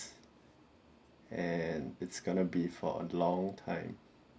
and it's gonna be for a long time